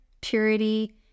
purity